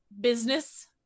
business